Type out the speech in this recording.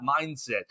mindset